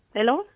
Hello